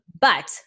But-